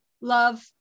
Love